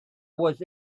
was